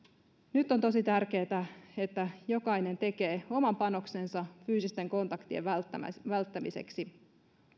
nyt on tosi tärkeätä että jokainen tekee oman panoksensa fyysisten kontaktien välttämiseksi välttämiseksi